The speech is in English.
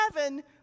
heaven